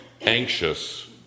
anxious